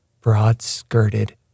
broad-skirted